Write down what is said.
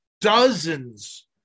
dozens